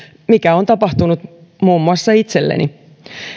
mikä on tapahtunut muun muassa itselleni